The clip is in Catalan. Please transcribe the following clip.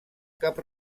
cap